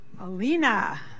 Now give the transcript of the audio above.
Alina